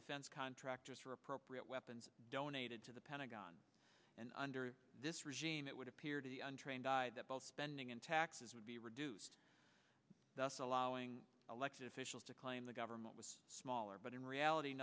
defense contractors for appropriate weapons donated to the pentagon and under this regime it would appear to the untrained eye that both spending and taxes would be reduced thus allowing elected officials to claim the government was smaller but in reality